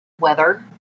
weather